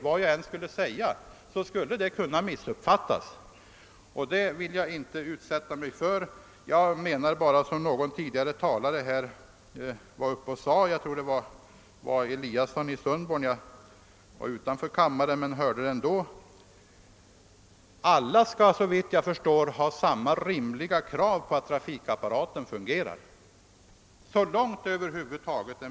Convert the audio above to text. Ingen kan väl mena att vi skall söka främja lokaliseringspolitik och <decentralisering genom att göra trafikförhållandena odrägliga på vissa håll i landet.